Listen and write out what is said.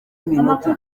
iminota